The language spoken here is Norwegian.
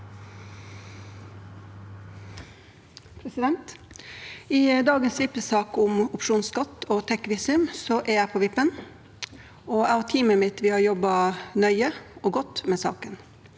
I dagens sak om op- sjonsskatt og tech-visum er jeg på vippen. Jeg og teamet mitt har jobbet nøye og godt med saken.